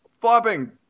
flopping